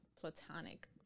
platonic